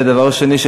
ודבר שני,